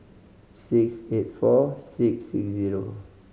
six eight four six six zero